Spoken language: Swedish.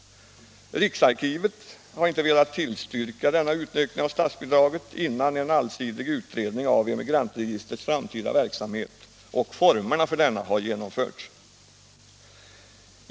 Riksarkivet har inte velat tillstyrka denna utökning av statsbidraget innan en allsidig utredning av Emigrantregistrets framtida verksamhet och formerna för den har genomförts.